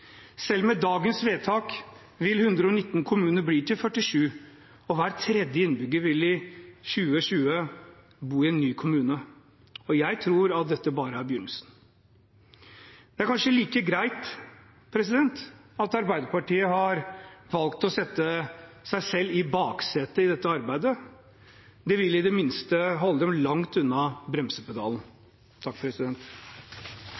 Selv med dagens vedtak vil 119 kommuner bli til 47, og hver tredje innbygger vil i 2020 bo i en ny kommune. Jeg tror at dette bare er begynnelsen. Det er kanskje like greit at Arbeiderpartiet har valgt å sette seg selv i baksetet i dette arbeidet. Det vil i det minste holde dem langt unna